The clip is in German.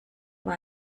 war